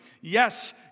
Yes